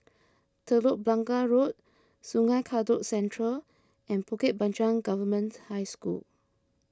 Telok Blangah Road Sungei Kadut Central and Bukit Panjang Government High School